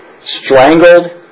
strangled